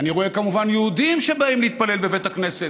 אני רואה כמובן יהודים שבאים להתפלל בבית הכנסת.